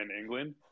England